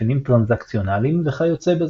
מאפיינים טרנזקציונליים וכיוצא בזה.